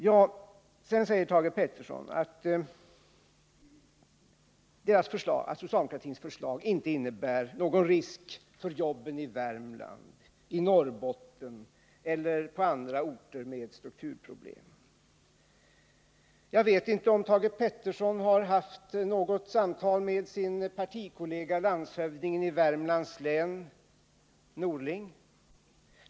Thage Peterson säger också att socialdemokratins förslag inte innebär någon risk för jobben i Värmland, i Norrbotten eller på andra orter med strukturproblem. Jag vet inte om Thage Peterson har haft något samtal med sin partikollega, landshövdingen i Värmlands län, Bengt Norling.